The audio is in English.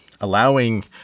allowing